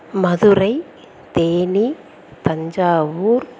Madurai Theni Thanjavur